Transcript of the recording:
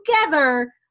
together